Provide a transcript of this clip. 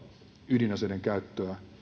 ydinaseiden käyttöä